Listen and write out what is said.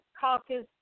Caucus